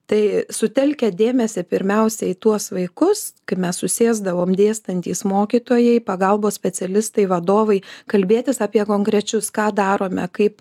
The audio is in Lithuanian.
tai sutelkę dėmesį pirmiausia į tuos vaikus kai mes susėsdavom dėstantys mokytojai pagalbos specialistai vadovai kalbėtis apie konkrečius ką darome kaip